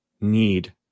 need